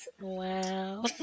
Wow